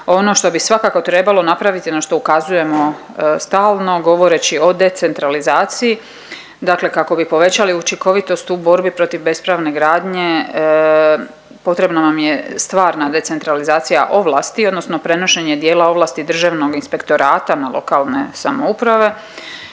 Ono što bi svakako trebalo napraviti, na što ukazujemo stalno govoreći o decentralizaciji. Dakle kako bi povećali učinkovitost u borbi protiv bespravne gradnje, potrebno nam je stvarna decentralizacija ovlasti odnosno prenošenje dijela ovlasti Državnog inspektorata na lokalne samouprave.